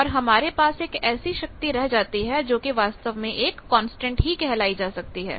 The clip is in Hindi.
और हमारे पास एक ऐसी शक्ति रह जाती है जो कि वास्तव में एक कांस्टेंट ही कहलाई जा सकती है